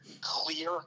clear